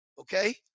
Okay